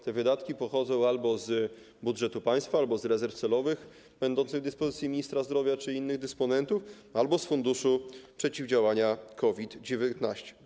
Te wydatki pochodzą albo z budżetu państwa, albo z rezerw celowych będących w dyspozycji ministra zdrowia czy innych dysponentów, albo z Funduszu Przeciwdziałania COVID-19.